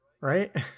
Right